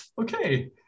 okay